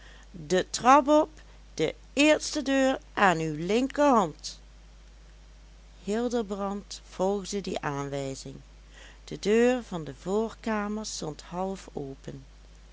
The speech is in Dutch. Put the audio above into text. de trap op de eerste deur aan uw linkerhand hildebrand volgde die aanwijzing de deur van de voorkamer stond halfopen